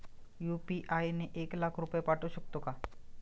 UPI ने एक लाख रुपये पाठवू शकतो का?